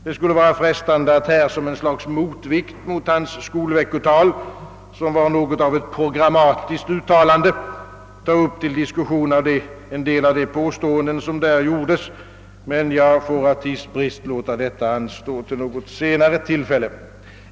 Det skulle vara frestande att här som ett slags motvikt mot hans skolveckotal, som var något av ett programmatiskt uttalande, ta upp till diskussion en del av de påståenden som där gjordes, men jag får av tidsbrist låta detta anstå till något senare tillfälle.